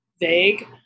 vague